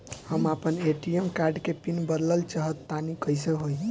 हम आपन ATM card के पीन बदलल चाहऽ तनि कइसे होई?